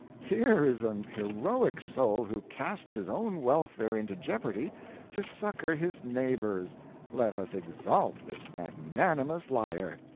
here is an heroic soul who casts his own welfare into jeopardy to succor his neighbor's let us exalt this magnanimous liar.